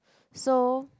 so